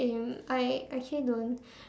same I actually don't